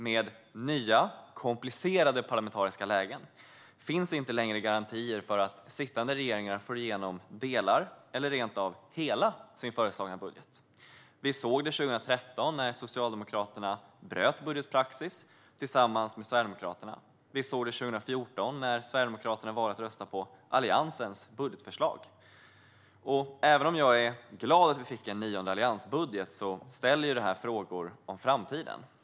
Med nya komplicerade parlamentariska lägen finns det inte längre garantier för att sittande regeringar får igenom delar av - eller rent av hela - sin föreslagna budget. Vi såg det 2013, när Socialdemokraterna bröt budgetpraxis tillsammans med Sverigedemokraterna. Vi såg det 2014, när Sverigedemokraterna valde att rösta på Alliansens budgetförslag. Även om jag är glad att vi fick en nionde alliansbudget ställer detta frågor om framtiden.